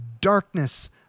darkness